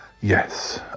yes